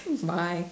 bye